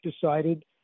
decided